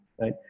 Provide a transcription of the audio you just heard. right